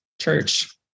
church